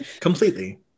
completely